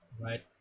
Right